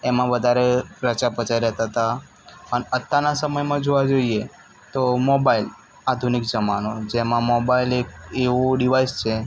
એમાં વધારે રચ્યા પચ્યા રહેતાં હતાં અન અત્યારના સમયમાં જોવા જોઇએ તો મોબાઈલ આધુનિક જમાનો જેમાં મોબાઈલ એક એવું ડિવાઇસ છે